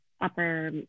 upper